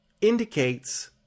indicates